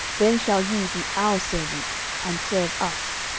then shall ye be our servants, and serve us.